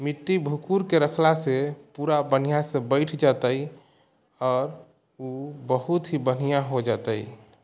मिट्टी भूकूरिके रखला से पूरा बढ़िआँ से बैठ जायत आओर ओ बहुत ही बढ़िआँ हो जेतै